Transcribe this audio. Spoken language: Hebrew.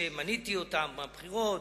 שמניתי אותם: הבחירות,